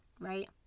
right